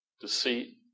deceit